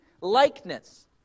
likeness